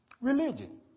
Religion